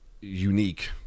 unique